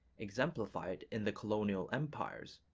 exemplified in the colonial empires,